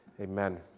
amen